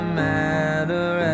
matter